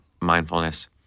mindfulness